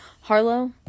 Harlow